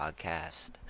Podcast